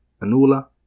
Anula